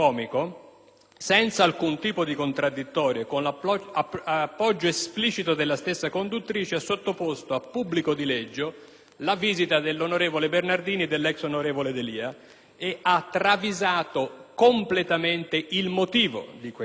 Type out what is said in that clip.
senza alcun tipo di contraddittorio e con l'appoggio esplicito della stessa conduttrice, ha sottoposto a pubblico dileggio la visita dell'onorevole Bernardini e dell'ex onorevole D'Elia e ha travisato completamente il motivo di quella visita.